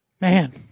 Man